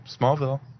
Smallville